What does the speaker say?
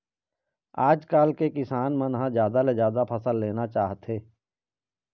आजकाल के किसान मन ह जादा ले जादा फसल लेना चाहथे